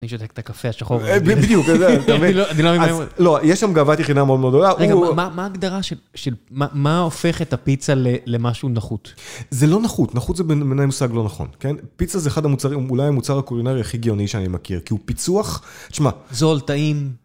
אני שותק את הקפה השחור. בדיוק, אתה מבין? אני לא מבין. לא, יש שם גאוות יחידה מאוד מאוד עולה. רגע, מה ההגדרה של מה הופך את הפיצה למשהו נחות? זה לא נחות, נחות זה במיני מושג לא נכון, כן? פיצה זה אחד המוצרים, אולי המוצר הקורינרי הכי גאוני שאני מכיר, כי הוא פיצוח, תשמע. זול, טעים.